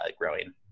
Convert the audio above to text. growing